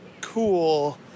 cool